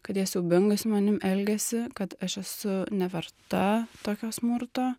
kad jie siaubingai su manim elgiasi kad aš esu neverta tokio smurto